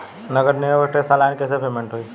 नगर निगम के टैक्स ऑनलाइन कईसे पेमेंट होई?